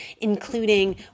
including